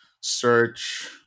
search